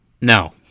No